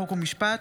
חוק ומשפט.